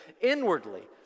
inwardly